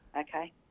Okay